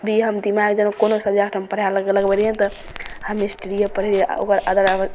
भी दिमाग कोनो सबजेक्टमे पढ़ैमे लगबै रहिए ने तऽ हम हिस्ट्रिए पढ़ै रहिए आओर ओकर बाद